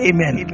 Amen